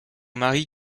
mari